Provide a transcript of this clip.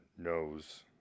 knows